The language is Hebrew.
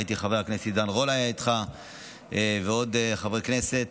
ראיתי שחבר הכנסת עידן רול היה איתך ועוד חברי כנסת.